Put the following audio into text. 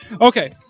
Okay